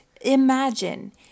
Imagine